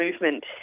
movement